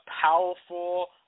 powerful